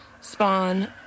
spawn